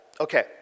Okay